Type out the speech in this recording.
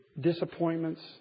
disappointments